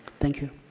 thank you.